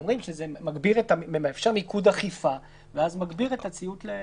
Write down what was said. הם אומרים שזה מאפשר מיקוד אכיפה ואז מגביר את הציות.